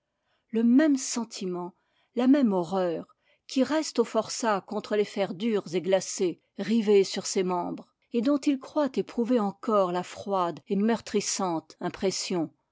le même sentiment la même horreur qui reste au forçat contre les fers durs et glacés rivés sur ses membres et dont il croit éprouver encore la froide et meurtrissante impression